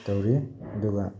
ꯇꯧꯔꯤ ꯑꯗꯨꯒ